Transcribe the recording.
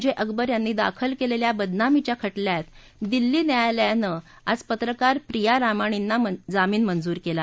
जे अकबर यांनी दाखल केलेल्या बदनामीच्या खटल्यात दिल्ली न्यायालयानं आज पत्रकार प्रिया रामाणीना जामीन मंजूर केला